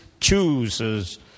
chooses